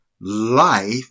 life